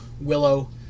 Willow